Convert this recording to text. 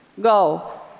Go